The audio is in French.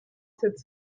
sept